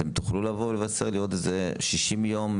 אתם תוכלו לבוא ולבשר לי, בעוד 60 יום,